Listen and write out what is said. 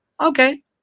Okay